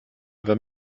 wenn